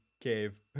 cave